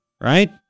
right